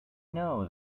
know